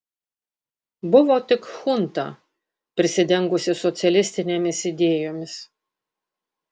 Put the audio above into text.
buvo tik chunta prisidengusi socialistinėmis idėjomis